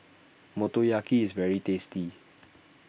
Motoyaki is very tasty